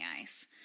ice